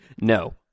No